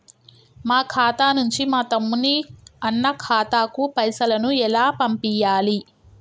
మా ఖాతా నుంచి మా తమ్ముని, అన్న ఖాతాకు పైసలను ఎలా పంపియ్యాలి?